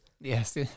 yes